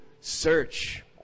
search